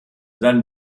seinen